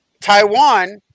Taiwan